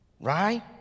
right